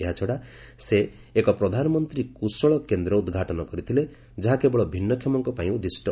ଏହାଛଡ଼ା ସେ ଏକ ପ୍ରଧାନମନ୍ତ୍ରୀ କୁଶଳ କେନ୍ଦ୍ର ଉଦ୍ଘାଟନ କରିଥିଲେ ଏବଂ ଏହା କେବଳ ଭିନ୍ନକ୍ଷମଙ୍କ ପାଇଁ ଉଦ୍ଦିଷ୍ଟ